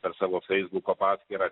per savo feisbuko paskyrą